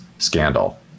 scandal